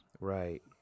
Right